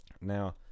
Now